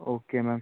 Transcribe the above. okay ma'am